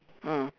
mm